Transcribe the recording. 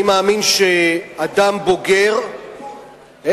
אני מאמין שאדם בוגר, תיקון.